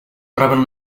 proven